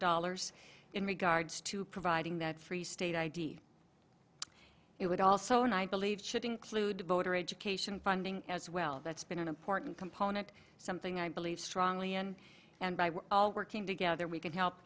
dollars in regards to providing that free state id it would also and i believe should include voter education funding as well that's been an important component something i believe strongly in and by we're all working together we can help